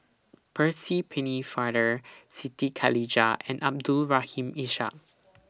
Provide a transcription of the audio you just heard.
Percy Pennefather Siti Khalijah and Abdul Rahim Ishak